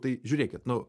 tai žiūrėkit nu